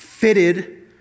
Fitted